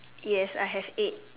yes I have eight